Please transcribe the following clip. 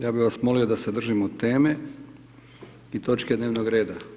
Ja bih vas molio da se držimo teme i točke dnevnog reda.